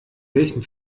welchen